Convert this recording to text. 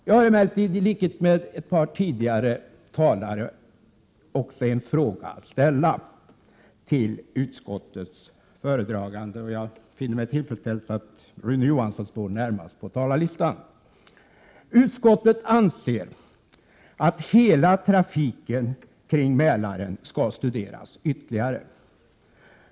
Jag har emellertid, i likhet med ett par tidigare talare, en fråga att ställa till utskottets företrädare, och jag finner med tillfredsställelse att Rune Johansson står närmast på talarlistan. Utskottet anser att hela trafiken kring Mälaren skall studeras ytterligare.